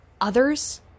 others